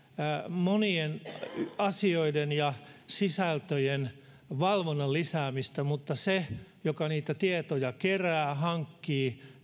monien asioiden ja sisältöjen valvonnan lisäämistä mutta sen joka niitä tietoja kerää hankkii